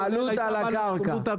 בעלות על הקרקע.